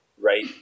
right